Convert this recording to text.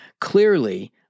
clearly